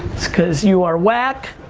it's because you are whack.